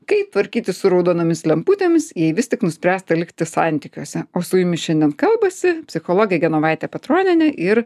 kaip tvarkytis su raudonomis lemputėmis jei vis tik nuspręsta likti santykiuose o su jumis šiandien kalbasi psichologė genovaitė petronienė ir